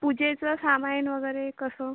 पूजेचं सामान वगैरे कसं